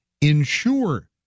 ensure